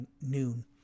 noon